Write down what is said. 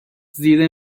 زیر